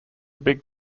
big